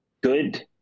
good